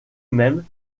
même